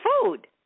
food